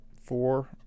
four